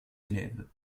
élèves